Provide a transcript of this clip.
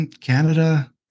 Canada